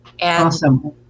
Awesome